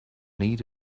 need